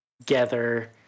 together